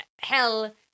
hell